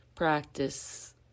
practice